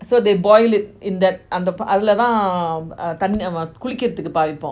so they boil it in that அந்த அதுல தான் குளிக்கிறதுக்கு பாய்ப்போம்:antha athula thaan kulikirathuku paaipom